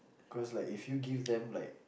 cause like if you give them like